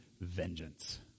vengeance